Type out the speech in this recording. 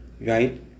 right